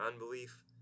unbelief